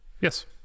Yes